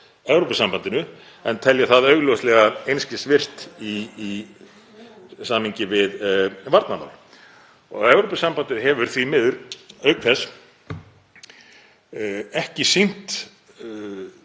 en telja það augljóslega einskis vert í samhengi við varnarmál. Evrópusambandið hefur því miður auk þess ekki sýnt